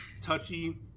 touchy